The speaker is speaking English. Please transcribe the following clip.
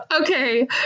okay